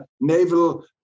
naval